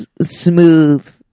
smooth